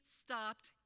stopped